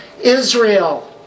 Israel